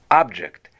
object